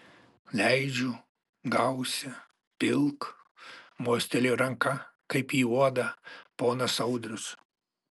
leidžiu gausi pilk mostelėjo ranka kaip į uodą ponas audrius